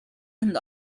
and